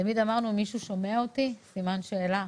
תמיד שאלנו: מישהו שומע אותי, סימן שאלה,